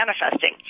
manifesting